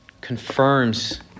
confirms